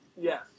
Yes